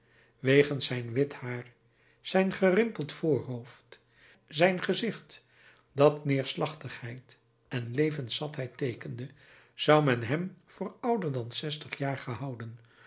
wegens zijn wit haar zijn gerimpeld voorhoofd zijn gezicht dat neerslachtigheid en levenszatheid teekende zou men hem voor ouder dan zestig jaar gehouden